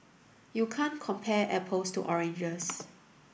you can't compare apples to oranges